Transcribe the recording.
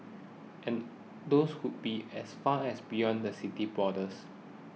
and those could be as far as beyond the city's borders